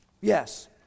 Yes